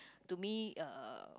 to me uh